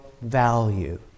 value